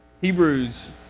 Hebrews